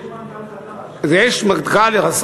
יש מנכ"ל חדש.